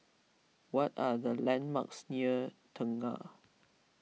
what are the landmarks near Tengah